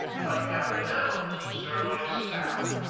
but captain emmons to serve on his staff.